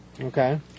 Okay